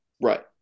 Right